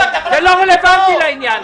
זה לא רלוונטי לעניין הזה.